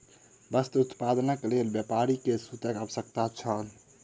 वस्त्र उत्पादनक लेल व्यापारी के सूतक आवश्यकता छल